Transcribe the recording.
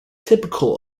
typical